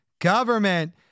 government